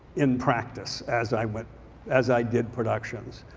in practice as i went as i did productions.